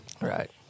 Right